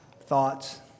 thoughts